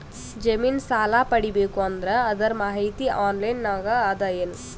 ಜಮಿನ ಸಾಲಾ ಪಡಿಬೇಕು ಅಂದ್ರ ಅದರ ಮಾಹಿತಿ ಆನ್ಲೈನ್ ನಾಗ ಅದ ಏನು?